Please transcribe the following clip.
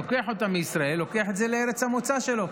לוקח אותם מישראל, לוקח את זה לארץ המוצא שלו.